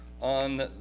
on